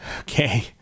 Okay